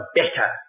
better